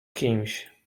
kimś